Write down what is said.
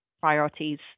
priorities